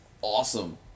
awesome